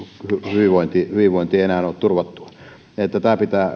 hyvinvointi hyvinvointi ei enää ole turvattu tämä pitää